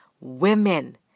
women